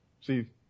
See